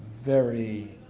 very